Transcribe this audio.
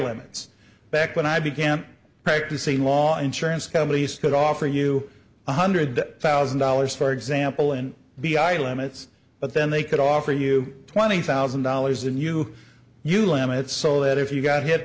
limits back when i began practicing law insurance companies could offer you one hundred thousand dollars for example and b i limit but then they could offer you twenty thousand dollars and you ulama it so that if you got hit